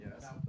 Yes